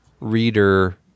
reader